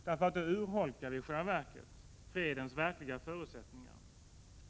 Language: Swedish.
Då urholkar vi i själva verket fredens verkliga förutsättningar.